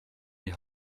die